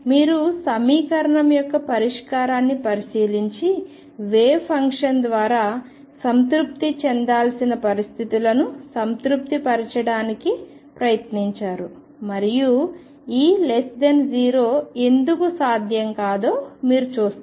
మీరు సమీకరణం యొక్క పరిష్కారాన్ని పరిశీలించి వేవ్ ఫంక్షన్ ద్వారా సంతృప్తి చెందాల్సిన పరిస్థితులను సంతృప్తి పరచడానికి ప్రయత్నించారు మరియు E0 ఎందుకు సాధ్యం కాదో మీరు చూస్తారు